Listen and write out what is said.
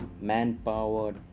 manpower